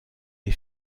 les